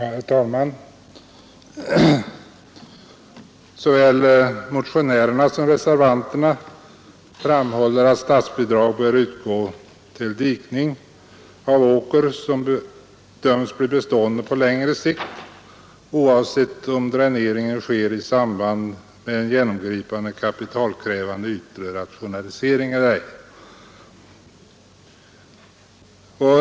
Herr talman! Såväl motionärerna som reservanterna framhåller att statsbidrag bör utgå till täckdikning av åker som bedöms bli bestående på längre sikt, oavsett om dräneringen sker i samband med en genomgripande och kapitalkrävande yttre rationalisering eller ej.